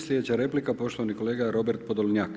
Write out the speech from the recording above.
Sljedeća replika poštovani kolega Robert POdolnjak.